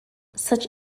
such